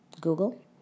Google